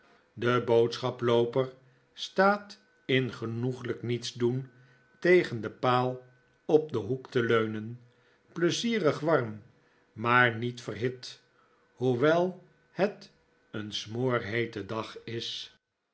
de boodschaplooper staat in gemoedelijk niets doen tegen den paal op den hoek te leunen pleizierig warm maar niet verhit hoewel het een smoorheete dag is